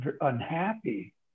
unhappy